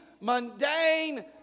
mundane